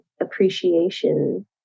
appreciation